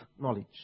knowledge